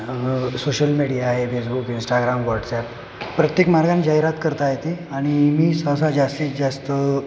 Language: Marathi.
सोशल मीडिया आहे फेसबुक इंस्टाग्राम व्हाट्सॲप प्रत्येक मार्गाने जाहिरात करता येते आणि मी सहसा जास्तीत जास्त